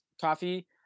coffee